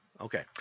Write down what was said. okay